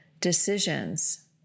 decisions